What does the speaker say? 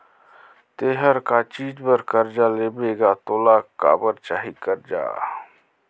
ते हर का चीच बर बरजा लेबे गा तोला काबर चाही करजा